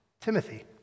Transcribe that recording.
Timothy